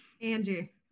angie